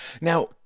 Now